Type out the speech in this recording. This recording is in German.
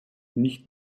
nicht